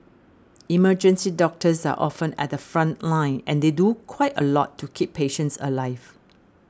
emergency doctors are often at the front line and they do quite a lot to keep patients alive